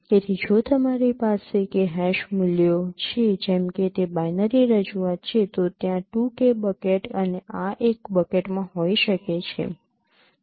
તેથી જો તમારી પાસે કે હેશ મૂલ્યો છે જેમ કે તે બાઇનરી રજૂઆત છે તો ત્યાં 2K બકેટ અને આ એક બકેટમાં હોઈ શકે છે